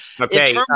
okay